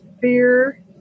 fear